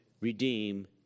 redeem